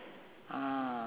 ah